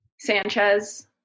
sanchez